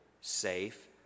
safe